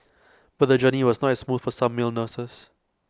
but the journey was not as smooth for some male nurses